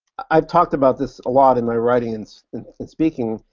i've talked about this a lot in my writing and speaking,